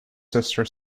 sister